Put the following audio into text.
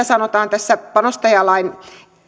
sanotaan tässä panostajalain